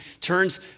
turns